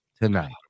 tonight